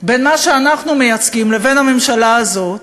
בין מה שאנחנו מייצגים לבין הממשלה הזאת,